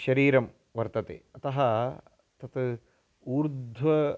शरीरं वर्तते अतः तत् ऊर्ध्वम्